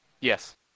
Yes